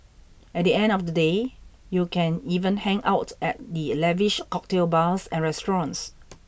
at the end of the day you can even hang out at the lavish cocktail bars and restaurants